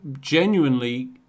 genuinely